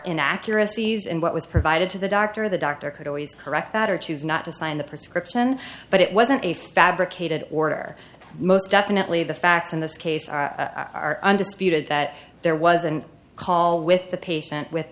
in accuracies and what was provided to the doctor the doctor could always correct that or choose not to sign the prescription but it wasn't a fabricated order most definitely the facts in this case are undisputed that there was a call with the patient with